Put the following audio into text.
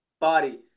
body